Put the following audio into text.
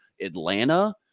Atlanta